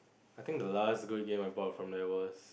I think the last good game I bought from there was